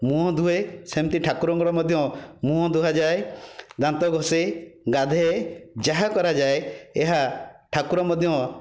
ମୁହଁ ଧୁଏ ସେମିତି ଠାକୁରଙ୍କର ମଧ୍ୟ ମୁହଁ ଧୁଆଯାଏ ଦାନ୍ତ ଘଷେ ଗାଧାଏ ଯାହା କରାଯାଏ ଏହା ଠାକୁର ମଧ୍ୟ